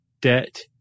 debt